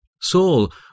Saul